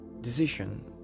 decision